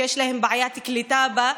שיש להם בעיית קליטה,